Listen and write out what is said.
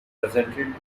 presented